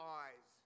eyes